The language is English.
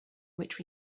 which